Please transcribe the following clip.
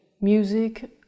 music